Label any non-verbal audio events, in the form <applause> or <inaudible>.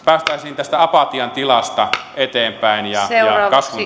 päästäisiin tästä apatian tilasta eteenpäin ja kasvun <unintelligible>